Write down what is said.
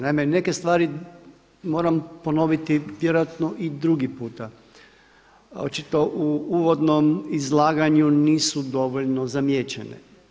Naime, neke stvari moram ponoviti vjerojatno i drugi puta, očito u uvodnom izlaganju nisu dovoljno zamijećene.